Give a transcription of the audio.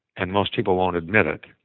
and most people won't admit it,